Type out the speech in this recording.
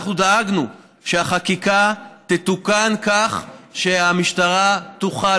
אנחנו דאגנו שהחקיקה תתוקן כך שהמשטרה תוכל